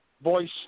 Voice